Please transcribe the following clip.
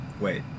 wait